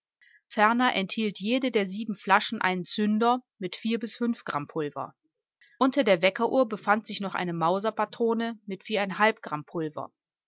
ferner enthielt jede der sieben flaschen einen zünder mit vier bis fünf raul unter der weckeruhr befand sich noch eine mauserpatrone mit wie ein